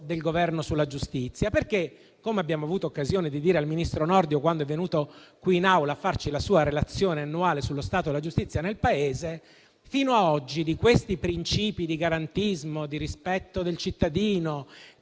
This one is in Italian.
del Governo sulla giustizia. Come infatti abbiamo avuto occasione di dire al ministro Nordio, quando è venuto in Aula a presentare la sua relazione annuale sullo stato della giustizia nel Paese, di questi principi di garantismo, di rispetto del cittadino,